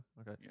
okay